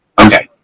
Okay